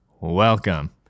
Welcome